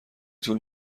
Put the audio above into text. طول